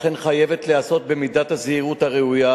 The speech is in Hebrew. לכן היא חייבת להיעשות במידת הזהירות הראויה